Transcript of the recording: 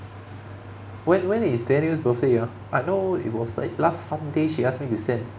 when when is daniel's birthday ah I know it was like last sunday she ask me to send